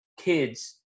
kids